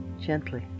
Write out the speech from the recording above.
gently